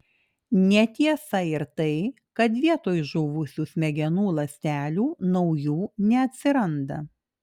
netiesa ir tai kad vietoj žuvusių smegenų ląstelių naujų neatsiranda